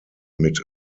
mit